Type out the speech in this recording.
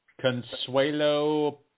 Consuelo